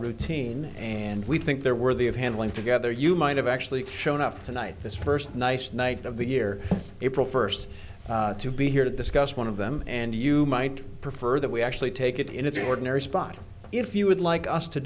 routine and we think they're worthy of handling together you might have actually shown up tonight this first nice night of the year april first to be here to discuss one of them and you might prefer that we actually take it in its ordinary spot if you would like us to